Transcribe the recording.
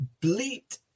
bleat